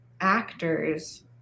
actors